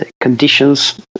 conditions